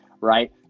right